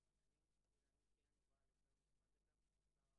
אז תהיה לי כתובת.